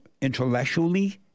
intellectually